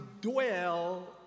dwell